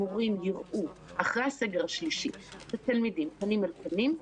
שהמורים יראו את התלמידים פנים אל פנים,